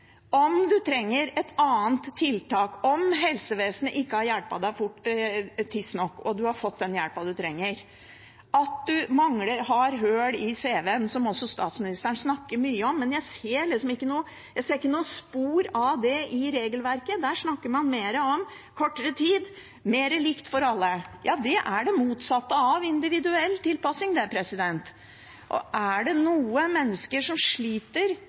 om man trenger et annet tiltak, om det er sånn at helsevesenet ikke har hjulpet en tidsnok, om man har fått den hjelpen man trenger, og at man har hull i cv-en, som også statsministeren snakker mye om. Men jeg ser ikke noe spor av det i regelverket. Der snakker man mer om kortere tid og mer likt for alle. Det er det motsatte av individuell tilpasning. Er det noe mennesker som sliter med helse, økonomi og sosiale problemer, trenger, er det